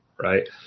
right